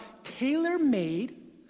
tailor-made